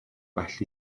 well